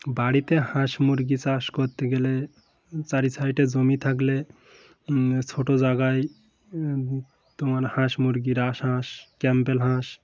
বাড়িতে হাঁস মুরগি চাষ করতে গেলে চারি সাইডে জমি থাকলে ছোটো জায়গায় তোমার হাঁস মুরগি রাস হাঁস ক্যাম্পেল হাঁস